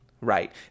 right